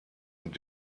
mit